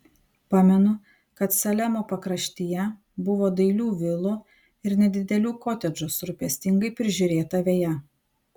pamenu kad salemo pakraštyje buvo dailių vilų ir nedidelių kotedžų su rūpestingai prižiūrėta veja